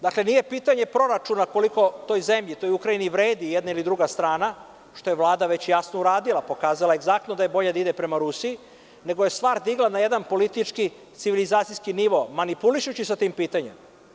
Dakle, nije pitanje proračuna koliko toj zemlji, toj Ukrajini vredi jedna ili druga strana, što je Vlada već jasno uradila, pokazala egzaktno da je bolje da ide prema Rusiji, nego je stvar digla na jedan politički, civilizacijski nivo, manipulišući sa tim pitanjem.